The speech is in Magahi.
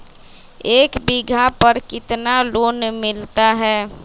एक बीघा पर कितना लोन मिलता है?